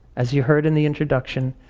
as you heard in the introduction,